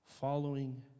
following